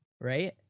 right